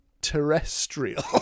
Terrestrial